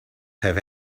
have